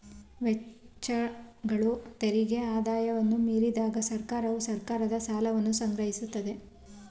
ವೆಚ್ಚಗಳು ತೆರಿಗೆ ಆದಾಯವನ್ನ ಮೀರಿದಾಗ ಸರ್ಕಾರವು ಸರ್ಕಾರದ ಸಾಲವನ್ನ ಸಂಗ್ರಹಿಸುತ್ತೆ